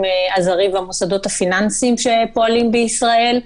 הזרים והמוסדות הפיננסיים שפועלים בישראל.